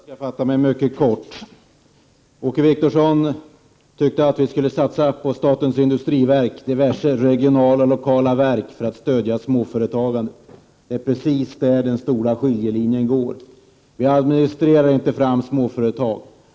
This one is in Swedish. Herr talman! Jag skall fatta mig mycket kort. Åke Wictorsson tyckte att vi skulle satsa på statens industriverk och diverse regionala och lokala verk för att stödja småföretagandet. Det är precis där den stora skiljelinjen går. Vi kan inte administrera fram småföretag.